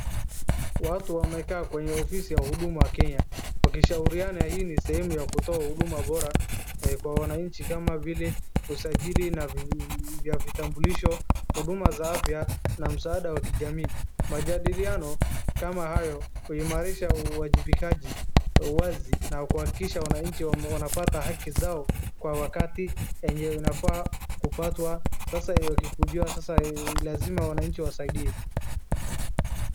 Watu wamekaa kwenye ofisi ya Huduma Kenya, wakishauriana hii ni sehemu ya kutoa huduma bora kwa wananchi kama vile usajili na vi-vya vitambulisho, huduma za afya na msaada wa kijamii. Majadiliano kama hayo huimarisha uwajibikaji uwazi na kuhakikisha wananchi wanapata haki zao kwa wakati yenye unafaa kupatwa sasa wakikujiwa sasa lazima wananchi wasaidiwe.